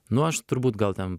nu aš turbūt gal ten